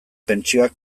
pentsioak